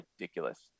ridiculous